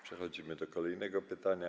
Przechodzimy do kolejnego pytania.